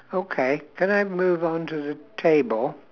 okay can I move on to the table